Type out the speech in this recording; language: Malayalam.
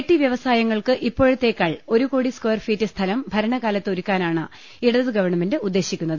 ടി വ്യവസായങ്ങൾക്ക് ഇപ്പോഴത്തേക്കാൾ ഒരു കോടി സ്ക്വയർഫീറ്റ് സ്ഥലം ഭരണകാലത്ത് ഒരുക്കാനാണ് ഇടത് ഗവൺമെന്റ് ഉദ്ദേശിക്കുന്നത്